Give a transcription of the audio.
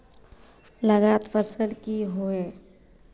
लागत फसल की होय?